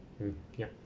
mm ya